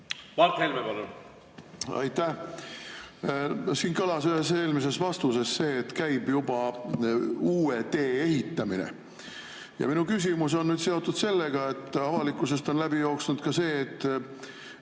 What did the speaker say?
Mart Helme, palun! Aitäh! Siin kõlas ühes eelmises vastuses, et käib juba uue tee ehitamine. Minu küsimus on seotud sellega, et avalikkusest on läbi jooksnud ka see, et